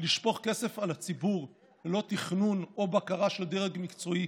לשפוך כסף על הציבור ללא תכנון או בקרה של דרג מקצועי,